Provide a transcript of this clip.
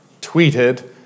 tweeted